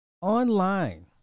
online